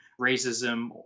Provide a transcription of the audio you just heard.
racism